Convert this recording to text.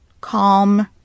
calm